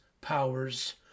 powers